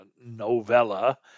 novella